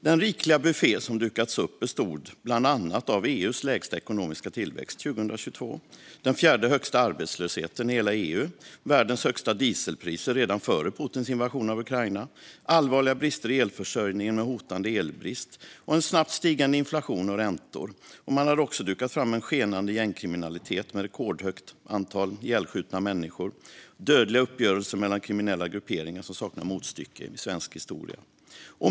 Den rikliga buffé som dukats upp bestod bland annat av EU:s lägsta ekonomiska tillväxt 2022, den fjärde högsta arbetslösheten i hela EU, världens högsta dieselpriser redan före Putins invasion av Ukraina, allvarliga brister i elförsörjningen med hotande elbrist samt snabbt stigande inflation och räntor. Man hade också dukat fram en skenande gängkriminalitet med rekordhögt antal ihjälskjutna människor och dödliga uppgörelser mellan kriminella grupperingar, något som saknar motstycke i svensk historia.